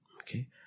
Okay